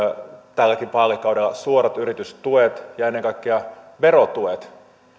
tälläkin vaalikaudella suorat yritystuet ja ennen kaikkea verotuet